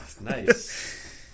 Nice